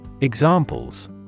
Examples